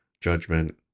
judgment